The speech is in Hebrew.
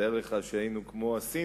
תאר לך שהיינו כמו הסינים,